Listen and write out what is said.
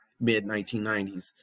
mid-1990s